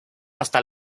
hasta